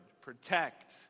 protect